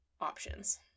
options